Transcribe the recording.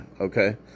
okay